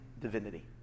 divinity